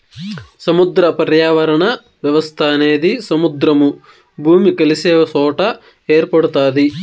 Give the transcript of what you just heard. సముద్ర పర్యావరణ వ్యవస్థ అనేది సముద్రము, భూమి కలిసే సొట ఏర్పడుతాది